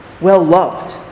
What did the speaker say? well-loved